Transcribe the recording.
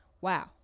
wow